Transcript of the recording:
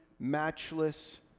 matchless